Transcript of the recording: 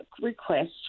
request